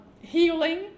healing